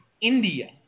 India